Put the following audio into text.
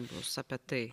bus apie tai